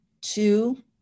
two